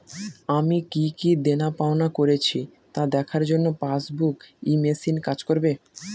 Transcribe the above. আমি কি কি দেনাপাওনা করেছি তা দেখার জন্য পাসবুক ই মেশিন কাজ করবে?